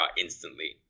instantly